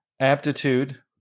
aptitude